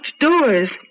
doors